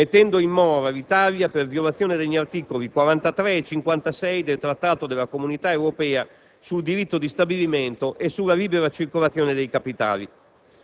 mettendo in mora l'Italia per violazione degli articoli 43 e 56 del Trattato della Comunità europea sul diritto di stabilimento e sulla libera circolazione dei capitali.